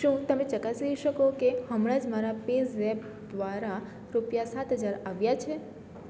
શું તમે ચકાસી શકો કે હમણાં જ મારા પેઝેપ દ્વારા રૂપિયા સાત હજાર આવ્યા છે